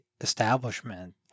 establishment